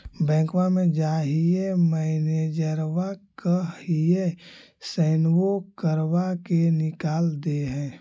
बैंकवा मे जाहिऐ मैनेजरवा कहहिऐ सैनवो करवा के निकाल देहै?